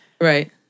Right